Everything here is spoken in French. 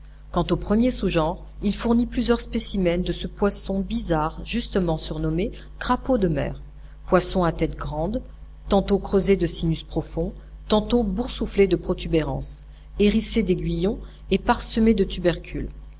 quant au premier sous genre il fournit plusieurs spécimens de ce poisson bizarre justement surnommé crapaud de mer poisson à tête grande tantôt creusée de sinus profonds tantôt boursouflée de protubérances hérissé d'aiguillons et parsemé de tubercules